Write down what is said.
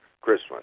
Christmas